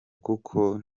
kuko